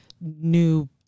new